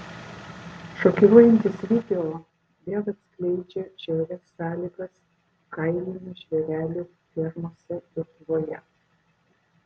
šokiruojantis video vėl atskleidžia žiaurias sąlygas kailinių žvėrelių fermose lietuvoje